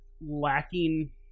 lacking